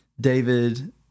David